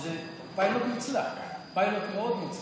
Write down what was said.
שזה פיילוט מוצלח, פיילוט מאוד מוצלח,